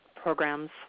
programs